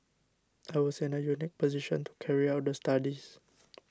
I was in a unique position to carry out the studies